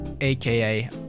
aka